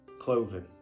Clothing